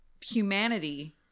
humanity